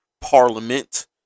parliament